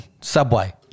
Subway